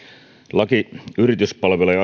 laki yrityspalvelujen